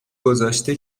گذاشته